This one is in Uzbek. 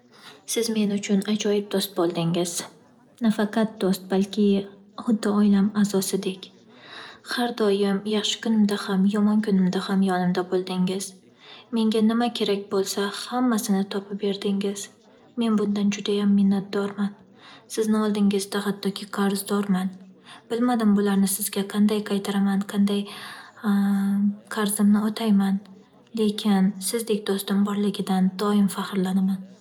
Siz men uchun ajoyib do'st bo'ldingiz. Nafaqat do'st, balki xuddi oilam a'zosidek. Har doim yaxshi kunimda ham, yomon kunimda ham yonimda bo'ldingiz. Menga nima kerak bo'lsa, hammasini topib berdingiz. Men bundan judayam minnatdorman. Sizni oldingizda hattoki qarzdorman. Bilmadim bularni sizga qanday qaytaraman, qanday qarzimni o'tayman, lekin, sizdek do'stim borligidan doim faxrlanaman.